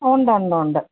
ഉണ്ടുണ്ട് ഉണ്ട്